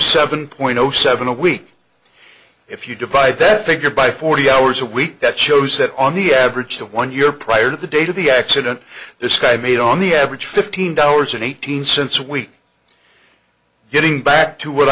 seven point zero seven a week if you divide that figure by forty hours a week that shows that on the average of one year prior to the date of the accident this guy made on the average fifteen dollars and eighteen cents a week getting back to what